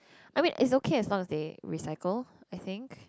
I mean it's okay as long as they recycle I think